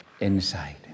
inside